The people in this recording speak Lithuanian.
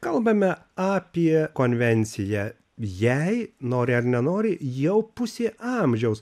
kalbame apie konvenciją jai nori ar nenori jau pusė amžiaus